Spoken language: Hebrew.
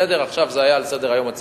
עכשיו זה היה על סדר-היום הציבורי.